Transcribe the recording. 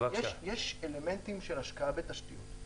יש אלמנטים של השקעה בתשתית.